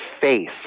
face